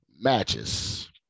matches